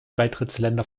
beitrittsländer